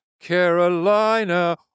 Carolina